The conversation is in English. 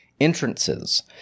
entrances